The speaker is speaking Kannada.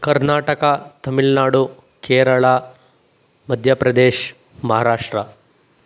ಕರ್ನಾಟಕ ತಮಿಳ್ನಾಡು ಕೇರಳ ಮಧ್ಯ ಪ್ರದೇಶ್ ಮಹಾರಾಷ್ಟ್ರ